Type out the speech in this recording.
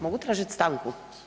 Mogu tražiti stanku?